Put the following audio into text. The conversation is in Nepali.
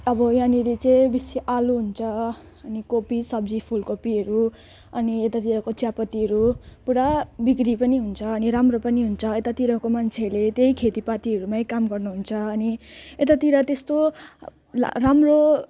अब यहाँनिर चाहिँ बेसी आलु हुन्छ अनि कोपी सब्जी फुलकोपीहरू अनि यतातिरको चियापत्तीहरू पुरा बिक्री पनि हुन्छ अनि राम्रो पनि हुन्छ यतातिरको मान्छेले त्यही खेतीपातीहरूमै काम गर्नुहुन्छ अनि यतातिर त्यस्तो राम्रो